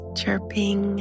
chirping